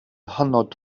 hynod